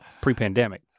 pre-pandemic